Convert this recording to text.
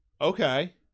Okay